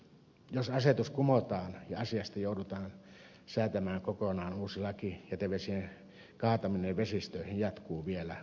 jos asetus kumotaan ja asiasta joudutaan säätämään kokonaan uusi laki jätevesien kaataminen vesistöihin jatkuu vielä tosi kauan